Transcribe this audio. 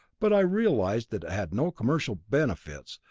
but i realized that it had no commercial benefits,